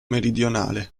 meridionale